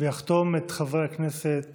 יחתום את חברי הכנסת